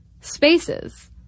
spaces